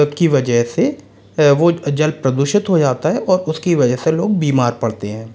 की वजह से वो जल प्रदूषित हो जाता है और उसकी वजह से लोग बीमार पड़ते हैं